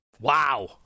Wow